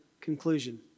conclusion